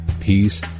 peace